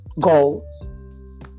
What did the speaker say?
goals